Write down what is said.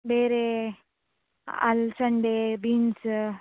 ಬೇರೆ ಅಲ್ಸಂದೆ ಬೀನ್ಸ